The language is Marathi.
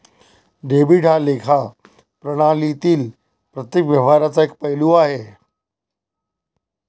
डेबिट हा लेखा प्रणालीतील प्रत्येक व्यवहाराचा एक पैलू आहे